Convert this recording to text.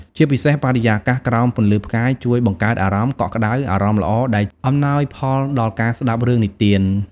ជាពិសេសបរិយាកាសក្រោមពន្លឺផ្កាយ ជួយបង្កើតអារម្មណ៍ កក់ក្ដៅ អារម្មណ៍ល្អ ដែលអំណោយផលដល់ការស្ដាប់រឿងនិទាន ។